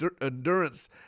endurance